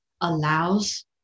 allows